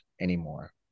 anymore